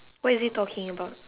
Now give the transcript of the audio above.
what is it talking about